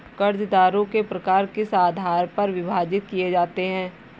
कर्जदारों के प्रकार किस आधार पर विभाजित किए जाते हैं?